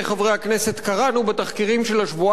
קראנו בתחקירים של השבועיים האחרונים,